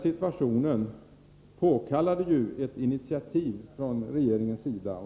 Situationen påkallade ju ett initiativ från den dåvarande regeringens sida.